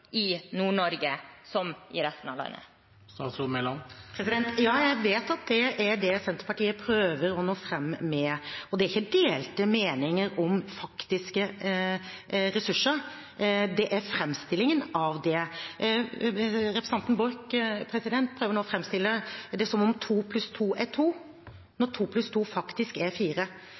i Nord-Norge som i resten av landet. Ja, jeg vet at det er det Senterpartiet prøver å nå fram med, og det er ikke delte meninger om faktiske ressurser – det er framstillingen av det. Representanten Borch prøver nå å framstille det som om to pluss to er to, når to pluss to faktisk er fire.